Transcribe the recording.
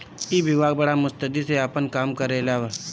ई विभाग बड़ा मुस्तैदी से आपन काम करेला